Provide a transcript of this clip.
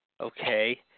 Okay